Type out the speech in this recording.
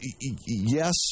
Yes